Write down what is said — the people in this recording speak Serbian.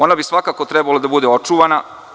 Ona bi svakako trebalo da bude očuvana.